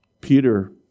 Peter